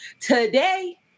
today